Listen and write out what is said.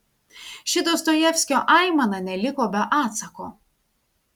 ši dostojevskio aimana neliko be atsako